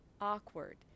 awkward